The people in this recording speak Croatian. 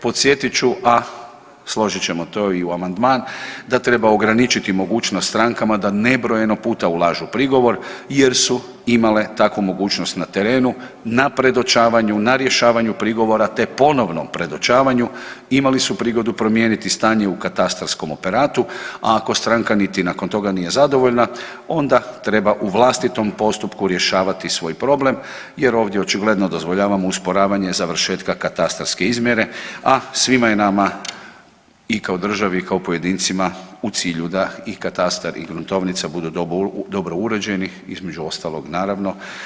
Podsjetit ću, a složit ćemo to i u amandman da treba ograničiti mogućnost strankama da nebrojeno puta ulažu prigovor jer su imale takvu mogućnost na terenu na predočavanju, na rješavanju prigovora, te ponovnom predočavanju imali su prigodu promijeniti stanje u katastarskom operatu, a ako stranka niti nakon toga nije zadovoljna onda treba u vlastitom postupku rješavati svoj problem jer ovdje očigledno dozvoljavamo usporavanje završetka katastarske izmjere, a svima je nama i kao državi i kao pojedincima u cilju da i katastar i gruntovnica budu dobro uređeni između ostalog naravno.